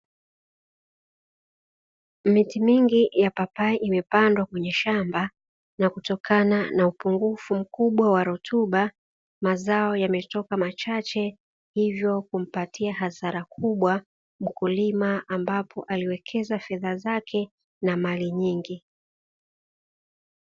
Miti mingi ya papai imepandwa kwenye shamba na kutokana na upungufu mkubwa wa rutuba, mazao yametoka machache hivyo kumpatia hasara kubwa mkulima ambapo aliwekeza fedha zake na mali nyingi.